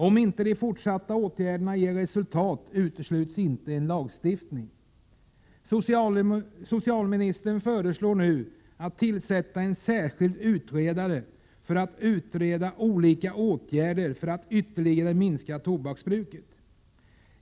Om inte de fortsatta åtgärderna ger resultat utesluter man inte en lagstiftning. Socialministern föreslår nu att man skall tillsätta en särskild utredare, som skall utreda olika åtgärder för att ytterligare minska tobaksbruket.